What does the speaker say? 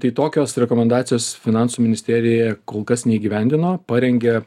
tai tokios rekomendacijos finansų ministerija kol kas neįgyvendino parengė